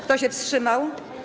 Kto się wstrzymał?